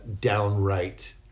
downright